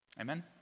Amen